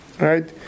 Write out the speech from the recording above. right